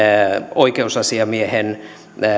oikeusasiamiehen